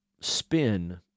spin